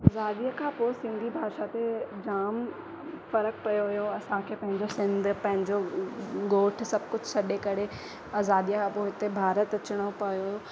आज़ादीअ खां पोइ सिंधी भाषा ते जाम फ़र्क़ु पियो वियो असांखे पंहिंजो सिंध पंहिंजो ॻोठु सभु कुझु छॾे करे आज़ादीअ खां पोइ हिते भारत अचिणो पियो